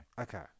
Okay